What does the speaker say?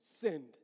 sinned